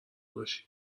باشی